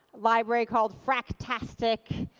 library called fractastic.